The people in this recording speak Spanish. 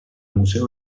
museo